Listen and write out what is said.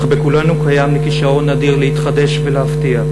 אך בכולנו קיים כישרון אדיר להתחדש ולהפתיע.